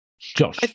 Josh